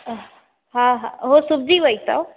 हा हा हो सिबजी वयी अथव